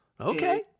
okay